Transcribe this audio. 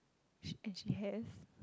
sh~ and she has